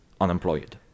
unemployed